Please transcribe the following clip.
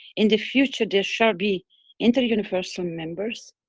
in the future there shall be inter universal members,